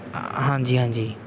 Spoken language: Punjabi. ਹਾਂਜੀ ਹਾਂਜੀ